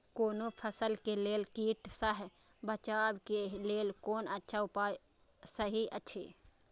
कोनो फसल के लेल कीट सँ बचाव के लेल कोन अच्छा उपाय सहि अछि?